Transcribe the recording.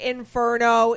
Inferno